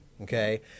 okay